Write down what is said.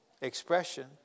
expression